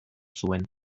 zuen